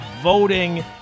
voting